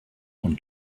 und